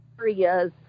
areas